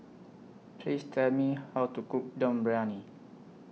Please Tell Me How to Cook Dum Briyani